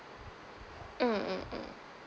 mm mm mm